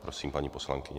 Prosím, paní poslankyně.